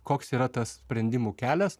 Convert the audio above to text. koks yra tas sprendimų kelias